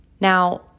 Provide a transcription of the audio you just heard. Now